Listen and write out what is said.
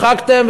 מחקתם,